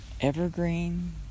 evergreen